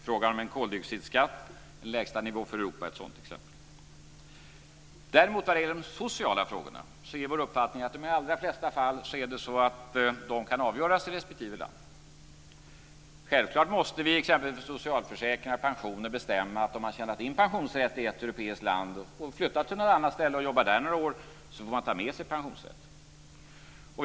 Frågan om en koldioxidskatt på en lägsta nivå för Europa är ett sådant exempel. Däremot är vår uppfattning vad gäller de sociala frågorna att i de allra flesta fall kan de avgöras i respektive land. Självfallet måste vi, exempelvis om socialförsäkringar och pensioner, bestämma att den som har tjänat in pensionsrätt i ett europeiskt land och flyttar till något annat ställe och jobbar där några år får ta med sig pensionsrätten.